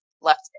left